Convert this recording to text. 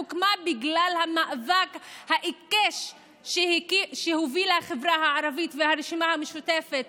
הוקמה בגלל המאבק העיקש שהובילו החברה הערבית והרשימה המשותפת